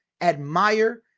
admire